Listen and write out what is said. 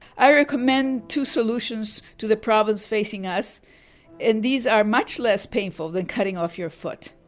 i recommend two solutions to the problems facing us and these are much less painful than cutting off your foot